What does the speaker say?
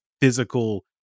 physical